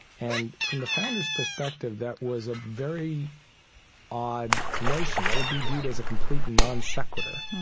and from the founders' perspective, that was a very odd notion. that would be viewed as a complete non sequitur